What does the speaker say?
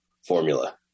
formula